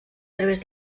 través